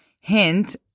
Hint